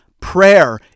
prayer